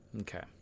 Okay